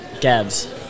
Gabs